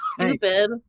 stupid